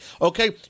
Okay